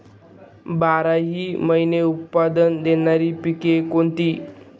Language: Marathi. बाराही महिने उत्त्पन्न देणारी पिके कोणती?